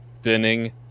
spinning